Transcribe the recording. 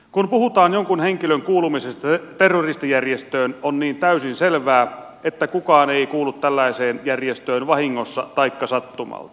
kun puhutaan jonkun henkilön kuulumisesta terroristijärjestöön on niin täysin selvää että kukaan ei kuulu tällaiseen järjestöön vahingossa taikka sattumalta